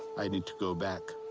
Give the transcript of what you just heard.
i need to go back.